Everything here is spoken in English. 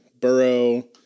Burrow